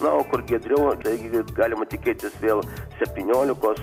na o kur giedriau taigi galima tikėtis vėl septyniolikos